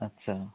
আচ্ছা